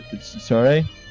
Sorry